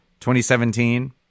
2017